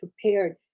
prepared